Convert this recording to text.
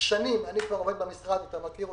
כבר שנים, אני עובד במשרד כבר